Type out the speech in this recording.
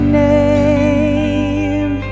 name